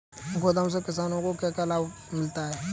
गोदाम से किसानों को क्या क्या लाभ मिलता है?